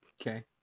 Okay